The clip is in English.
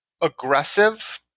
aggressive